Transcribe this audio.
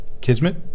kismet